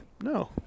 No